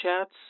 chats